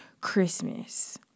Christmas